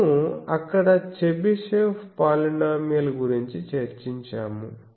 మేము అక్కడ Chebyshev polynomial గురించి చర్చించాము